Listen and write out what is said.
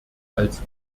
als